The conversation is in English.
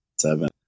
seven